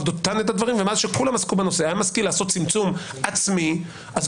דותן את הדברים ומאז שכולם עסקו בנושא - היה משכיל לעשות צמצום עצמי,